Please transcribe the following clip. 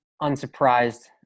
unsurprised